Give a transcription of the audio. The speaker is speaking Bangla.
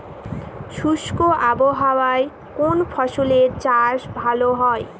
শুষ্ক আবহাওয়ায় কোন ফসলের চাষ ভালো হয়?